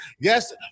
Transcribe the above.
Yes